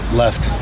left